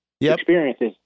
experiences